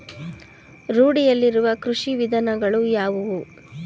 ರೂಢಿಯಲ್ಲಿರುವ ಕೃಷಿ ವಿಧಾನಗಳು ಯಾವುವು?